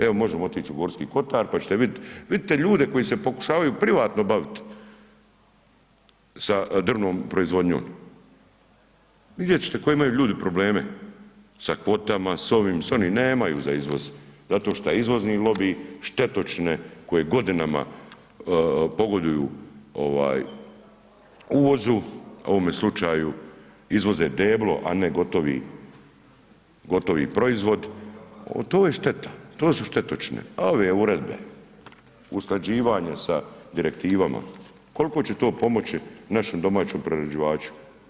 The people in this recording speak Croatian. Evo možemo otić u Gorski kotar, pa ćete vidit, vidite ljude koji se pokušavaju privatno bavit sa drvnom proizvodnjom, vidjet ćete koji imaju ljudi probleme sa kvotama, s ovim, s onim, nemaju za izvoz zato šta izvozni lobi, štetočine koje godinama pogoduju ovaj uvozu, u ovome slučaju izvoze deblo, a ne gotovi, gotovi proizvod, oto je šteta, to su štetočine, a ove uredbe usklađivanje sa direktivama, koliko će to pomoći našem domaćem prerađivaču?